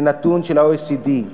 זה נתון של ה-OECD.